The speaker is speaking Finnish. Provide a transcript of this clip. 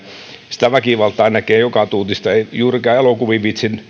sitä väkivaltaa näkee joka tuutista ei juurikaan viitsi elokuviin